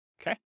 Okay